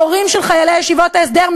ההורים של חיילי ישיבות ההסדר,